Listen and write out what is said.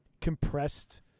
compressed